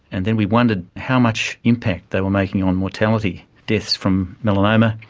and then we wondered how much impact they were making on mortality, deaths from melanoma,